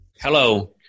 Hello